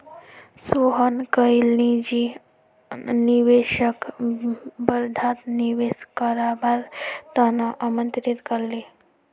सोहन कईल निजी निवेशकक वर्धात निवेश करवार त न आमंत्रित कर ले